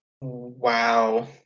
wow